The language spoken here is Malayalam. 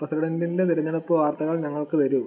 പ്രസിഡന്റിൻ്റെ തിരഞ്ഞെടുപ്പ് വാർത്തകൾ ഞങ്ങൾക്ക് തരൂ